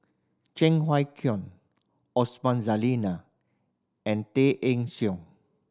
Cheng Wai Keung Osman Zailani and Tay Eng Soon